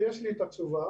התשובה